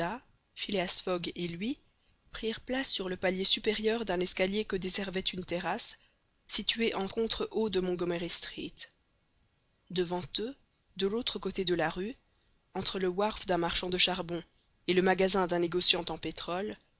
et lui prirent place sur le palier supérieur d'un escalier que desservait une terrasse située en contre haut de montgommery street devant eux de l'autre côté de la rue entre le wharf d'un marchand de charbon et le magasin d'un négociant en pétrole